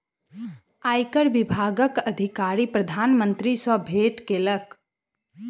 आयकर विभागक अधिकारी प्रधान मंत्री सॅ भेट केलक